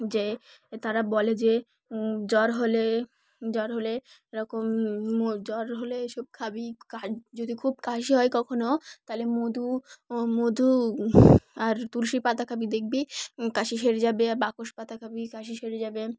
যে তারা বলে যে জ্বর হলে জ্বর হলে এরকম জ্বর হলে এসব খাবি যদি খুব কাশি হয় কখনও তাহলে মধু মধু আর তুলসী পাতা খাবি দেখবি কাশি সেরে যাবে আর বাসক পাতা খাবি কাশি সেরে যাবে